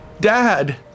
Dad